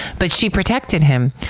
but she protected him.